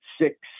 six